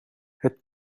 het